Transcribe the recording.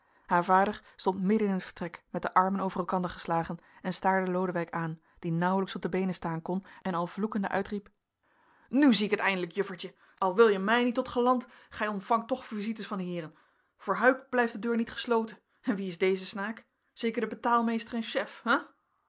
haar vader stond midden in het vertrek met de armen over elkander geslagen en staarde lodewijk aan die nauwelijks op de beenen staan kon en al vloekende uitriep nu zie ik het eindelijk juffertje al wil je mij niet tot galant gij ontvangt toch visites van heeren voor huyck blijft de deur niet gesloten en wie is deze snaak zeker de betaalmeester en chef